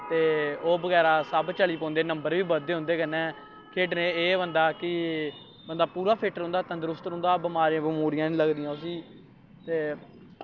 ते ओह् बगैरा सब चली पौंदे नंबर बी बधदे उं'द कन्नै खेढने एह् बंदा कि बंदा पूरा फिट्ट रौंह्दा तंदरुस्त रौंह्दा बमारियां बमूरियां निं लगदियां उस्सी